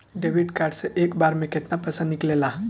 Debit card से एक बार मे केतना पैसा निकले ला?